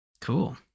Cool